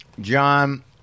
John